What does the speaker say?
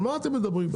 על מה אתם מדברים?